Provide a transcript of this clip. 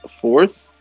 fourth